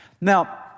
Now